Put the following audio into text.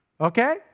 Okay